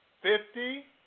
fifty